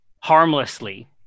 harmlessly